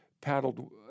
paddled